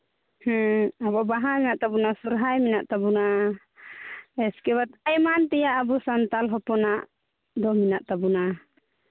ᱦᱮᱸ ᱟᱵᱚ ᱵᱟᱦᱟ ᱢᱮᱱᱟᱜ ᱛᱟᱵᱚᱱᱟ ᱥᱚᱦᱚᱨᱟᱭ ᱢᱮᱱᱟᱜ ᱛᱟᱵᱚᱱᱟ ᱤᱥᱠᱮ ᱵᱟᱫ ᱮᱢᱟᱱ ᱛᱮᱭᱟᱜ ᱟᱵᱚ ᱥᱟᱱᱛᱟᱲ ᱦᱚᱯᱚᱱᱟᱜ ᱫᱚ ᱢᱮᱱᱟᱜ ᱛᱟᱵᱚᱱᱟ